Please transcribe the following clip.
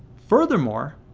furthermore,